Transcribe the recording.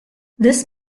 this